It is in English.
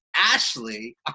Ashley